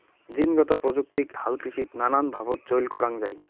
জীনগত প্রযুক্তিক হালকৃষিত নানান ভাবত চইল করাঙ যাই